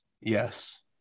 yes